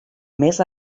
més